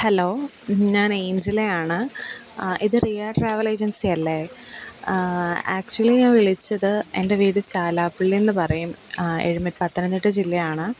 hello ഞാൻ ഏഞ്ചലയാണ് ഇത് റിയ ട്രാവൽ ഏജൻസിയല്ലേ ആക്ച്വലി ഞാൻ വിളിച്ചത് എൻ്റെ വീട് ചാലാപ്പള്ളീന്നു പറയും എഴുമ പത്തനംതിട്ട ജില്ലയാണ്